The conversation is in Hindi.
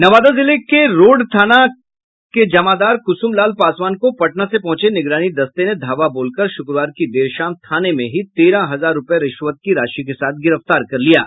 नवादा जिले के रोड थाने के जमादार कुसुम लाल पासवान को पटना से पहुंचे निगरानी दस्ते ने धावा बोलकर शुक्रवार की देर शाम थाने में ही तेरह हजार रूपये रिश्वत की राशि के साथ गिरफ्तार कर लिया है